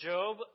Job